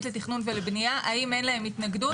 לתכנון ולבנייה אם אין להן התנגדות מבחינה תכנונית.